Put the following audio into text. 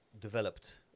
developed